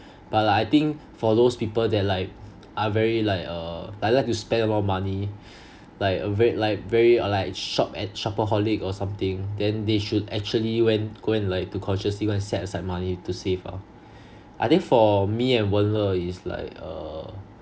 but I think for those people that like are very like uh like like to spend more money like uh very like very uh like shop~ shopaholic or something then they should actually went go and like to consciously go and set aside money to save lor I think for me and wen le is like uh